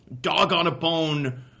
dog-on-a-bone